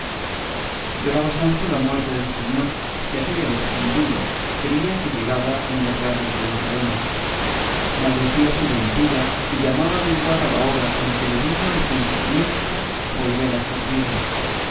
lloraba sancho la muerte de su señor que aquella vez sin duda creía que llegaba en las garras de los leones maldecía su ventura y llamaba menguada la hora en que le vino al pensamiento volver a servirle